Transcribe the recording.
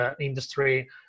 industry